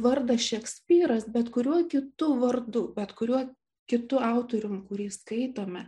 vardą šekspyras bet kuriuo kitu vardu bet kuriuo kitu autorium kurį skaitome